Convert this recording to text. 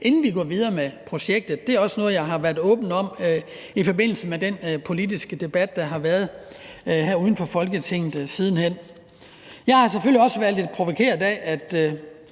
inden vi går videre med projektet. Det er også noget, jeg har været åben om i forbindelse med den politiske debat, der har været her uden for Folketinget siden. Jeg har selvfølgelig også været lidt provokeret af, at